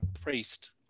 priest